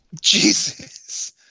Jesus